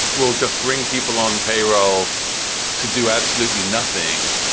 will just bring people on payroll to do absolutely nothing.